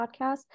podcast